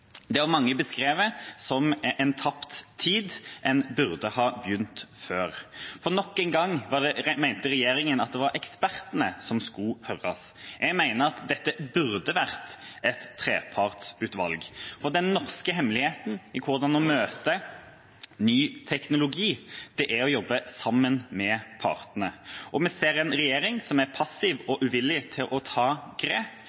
Det har mange beskrevet som en tapt tid, en burde ha begynt før. Nok en gang mente regjeringa at det var ekspertene som skulle høres. Jeg mener at dette burde vært et trepartsutvalg, for den norske hemmeligheten om hvordan en møter ny teknologi, er å jobbe sammen med partene. Vi ser en regjering som er passiv og uvillig til å ta grep,